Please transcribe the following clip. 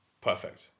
Perfect